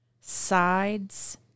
sides